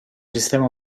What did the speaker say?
sistema